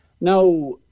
Now